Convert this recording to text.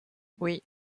oui